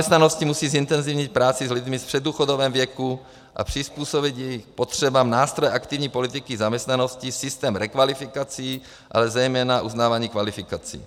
Služby zaměstnanosti musí zintenzivnit práci s lidmi v předdůchodovém věku a přizpůsobit jejich potřebám nástroje aktivní politiky zaměstnanosti, systém rekvalifikací, ale zejména uznávání kvalifikací.